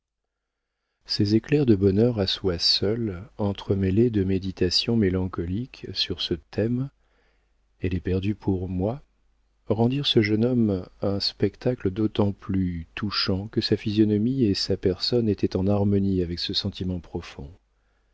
ces éclairs de bonheur à soi seul entremêlés de méditations mélancoliques sur ce thème elle est perdue pour moi rendirent ce jeune homme un spectacle d'autant plus touchant que sa physionomie et sa personne étaient en harmonie avec ce sentiment profond